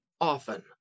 often